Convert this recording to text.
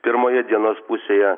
pirmoje dienos pusėje